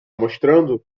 mostrando